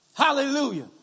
Hallelujah